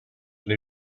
new